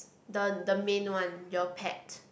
the the main one your pet